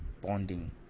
bonding